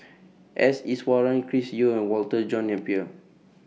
S Iswaran Chris Yeo and Walter John Napier